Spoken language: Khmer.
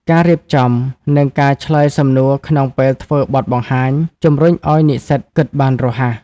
ការរៀបចំ និងការឆ្លើយសំណួរក្នុងពេលធ្វើបទបង្ហាញ ជំរុញឱ្យនិស្សិតគិតបានរហ័ស។